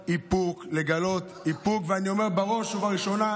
את יכולה להתנגד לחוק וגם לעלות, אבל תני לו לדבר.